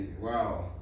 Wow